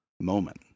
moment